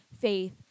faith